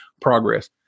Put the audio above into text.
progress